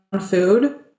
food